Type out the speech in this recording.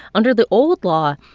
under the old law,